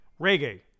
reggae